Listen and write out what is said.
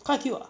quite cute ah